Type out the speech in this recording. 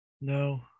No